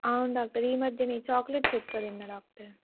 అవును డాక్టర్ ఈ మధ్యనే చాక్లెట్స్ ఎక్కువ తిన్నా డాక్టర్